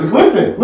listen